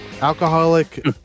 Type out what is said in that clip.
Alcoholic